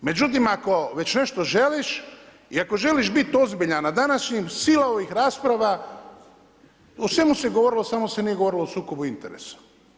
Međutim ako već nešto želiš i ako želiš biti ozbiljan na današnjim sila ovih rasprava o svemu se govorilo samo se nije govorilo o sukobu interesa.